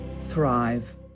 thrive